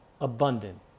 abundant